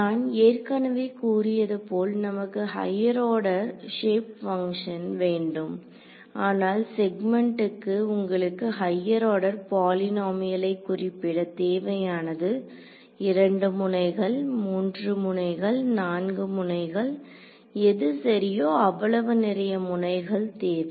நான் ஏற்கனவே கூறியது போல் நமக்கு ஹையர் ஆர்டர் ஷேப் பங்க்ஷன் வேண்டும் ஆனால் செக்மெண்டுக்கு உங்களுக்கு ஹையர் ஆர்டர் பாலினமியலை குறிப்பிட தேவையானது 2 முனைகள் 3 முனைகள் 4 முனைகள் எது சரியோ அவ்வளவு நிறைய முனைகள் தேவை